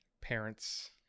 parents